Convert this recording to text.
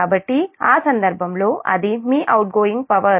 కాబట్టి ఆ సందర్భంలో అది మీ అవుట్గోయింగ్ పవర్